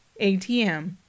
ATM